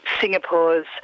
Singapore's